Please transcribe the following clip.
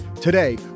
Today